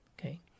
okay